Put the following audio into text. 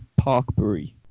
Parkbury